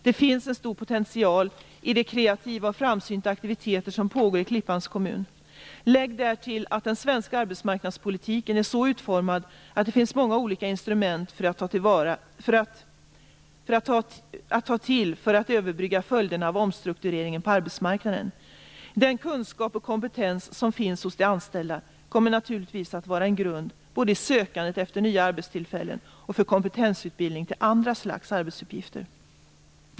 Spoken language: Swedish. Det finns en stor potential i de kreativa och framsynta aktiviteter som pågår i Klippans kommun. Lägg därtill att den svenska arbetsmarknadspolitiken är så utformad att det finns många olika instrument att ta till för att överbrygga följderna av omstruktureringen på arbetsmarknaden. Den kunskap och kompetens som finns hos de anställda kommer naturligtvis att vara en grund både i sökandet efter nya arbetstillfällen och för kompetensutbildning till andra slags arbetsuppgifter.